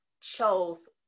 chose